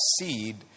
seed